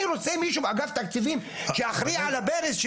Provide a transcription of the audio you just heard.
אני רוצה מישהו מאגף תקציבים שאחראי על הברז,